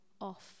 off